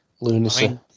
lunacy